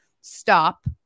stop